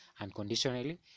unconditionally